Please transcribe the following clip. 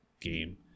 game